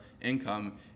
income